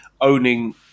owning